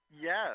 Yes